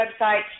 website